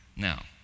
Now